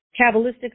Kabbalistic